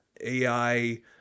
AI